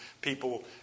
people